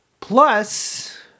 Plus